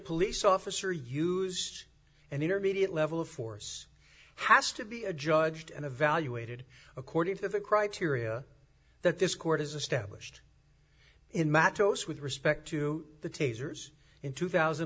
police officer used an intermediate level of force has to be adjudged and evaluated according to the criteria that this court has established in matt tose with respect to the tasers in two thousand